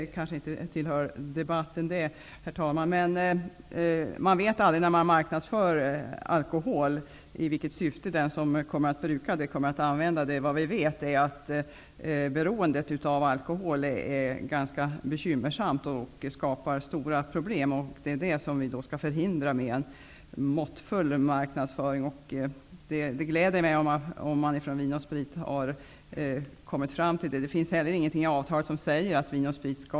Det kanske inte tillhör debatten, men när man marknadsför alkohol vet man aldrig i vilket syfte den kommer att användas av brukaren. Vi vet att beroendet av alkohol är ganska bekymmersamt. Det skapar stora problem. Det skall vi förhindra med en måttfull marknadsföring. Det glädjer mig om Vin & Sprit har kommit fram till det.